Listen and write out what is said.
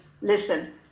listen